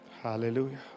Hallelujah